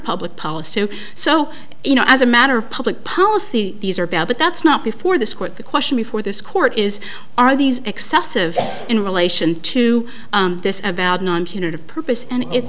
public policy so you know as a matter of public policy these are bad but that's not before this court the question before this court is are these excessive in relation to this about non punitive purpose and it's